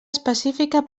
específica